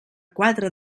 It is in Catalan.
quatre